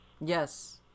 yes